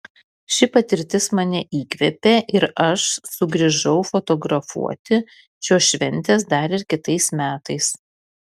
ši patirtis mane įkvėpė ir aš sugrįžau fotografuoti šios šventės dar ir kitais metais